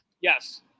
Yes